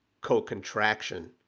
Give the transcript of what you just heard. co-contraction